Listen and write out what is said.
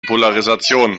polarisation